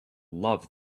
love